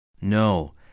No